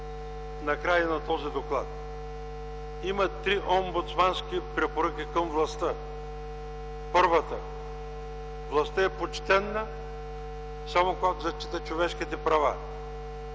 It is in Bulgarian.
накрая на този доклад. Има три омбудсмански препоръки към властта: Първата, властта е почтена, само когато зачита човешките права.